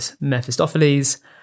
Mephistopheles